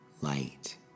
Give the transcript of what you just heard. light